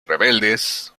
rebeldes